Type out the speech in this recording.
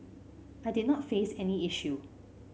I did not face any issue